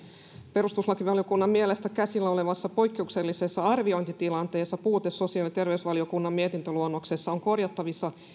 perustuslakivaliokunnan mielestä käsillä olevassa poikkeuksellisessa arviointitilanteessa puute sosiaali ja terveysvaliokunnan mietintöluonnoksessa on korjattavissa